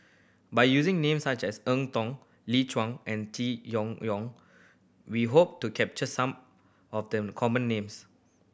by using names such as Eng Tow Lee Choon and we hope to capture some of the common names